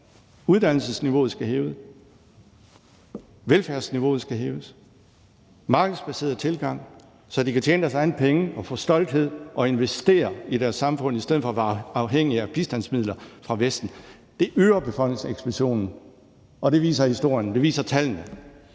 uddannelsesniveauet hæves, at velfærdsniveauet hæves, og at der kommer en markedsbaseret tilgang, så de kan tjene deres egne penge, få stolthed og investere i deres samfund i stedet for at være afhængige af bistandsmidler fra Vesten. Det øger befolkningseksplosionen. Det viser historien, og det viser tallene.